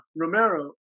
Romero